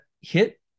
hit